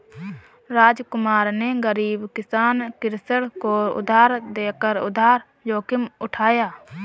रामकुमार ने गरीब किसान कृष्ण को उधार देकर उधार जोखिम उठाया